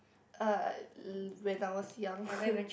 uh when I was young